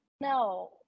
no